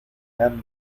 han